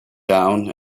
down